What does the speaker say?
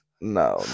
No